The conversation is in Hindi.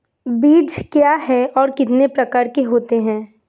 बीज क्या है और कितने प्रकार के होते हैं?